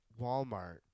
walmart